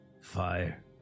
fire